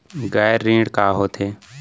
गैर ऋण का होथे?